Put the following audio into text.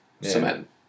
cement